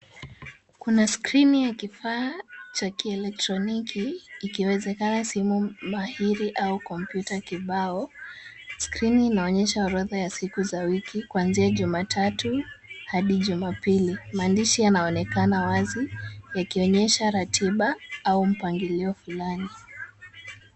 Kuna skrini ya kifaa cha kielektroniki ikiwezekana simu mahiri au kompyuta kibao. Skrini inaonyesha orodha ya siku za wiki, kuanzia Jumatatu hadi Jumapili. Maandishi yanaonekana wazi, yakionyesha ratiba au mpangilio fulani.